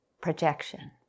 projection